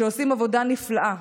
שעושים עבודה נפלאה.